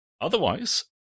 Otherwise